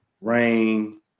rain